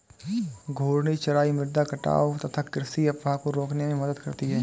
घूर्णी चराई मृदा कटाव तथा कृषि अपवाह को रोकने में मदद करती है